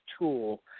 tool